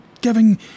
giving